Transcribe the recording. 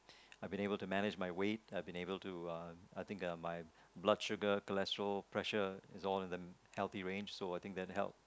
I've been able to manage my weight I've been able to uh I think my blood sugar cholesterol pressure is all in a healthy range so I think that helps